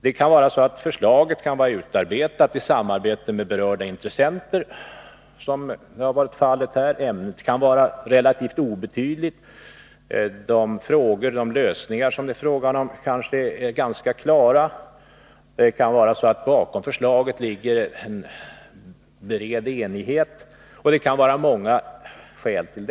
Det kan vara så att förslaget, som fallet har varit här, kan vara utarbetat i samarbete med de berörda intressenterna. Ämnet kan vara relativt obetydligt. De lösningar som det är fråga om är kanske ganska klara. Bakom förslaget kan det finnas bred enighet, och skälen härtill kan vara många.